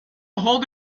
hold